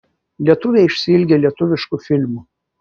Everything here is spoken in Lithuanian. lietuviai išsiilgę lietuviškų filmų